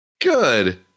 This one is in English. Good